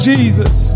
Jesus